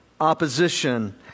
opposition